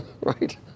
right